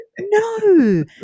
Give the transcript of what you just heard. No